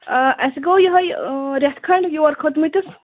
اَسہِ گوٚو یِہوٚے رٮ۪تھ کھٔنٛڈ یور کھٔتۍمٕتِس